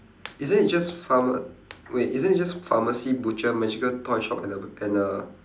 isn't it just pharma~ wait isn't it just pharmacy butcher magical toy shop and a and a